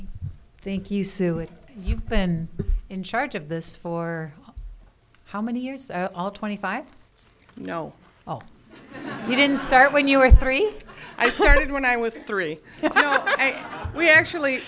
thank you sue if you've been in charge of this for how many years twenty five you know you didn't start when you were three i started when i was three we actually